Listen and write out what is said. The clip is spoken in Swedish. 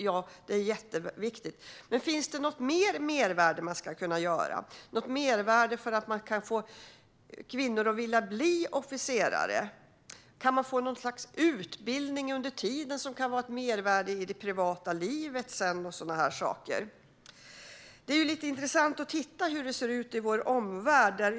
Ja, det är jätteviktigt, men finns det något ytterligare mervärde man skulle kunna skapa för att få kvinnor att vilja bli officerare? Kan man till exempel få något slags utbildning under tiden som kan innebära ett mervärde i det privata livet sedan? Det är lite intressant att titta på hur det ser ut i vår omvärld.